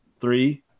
three